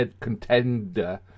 contender